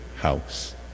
house